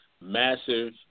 Massive